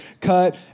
cut